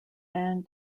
anne